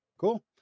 Cool